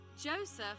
Joseph